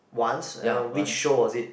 once uh which show was it